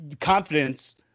confidence